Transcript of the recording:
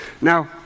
Now